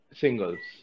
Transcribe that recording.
singles